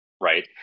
right